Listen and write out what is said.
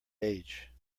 age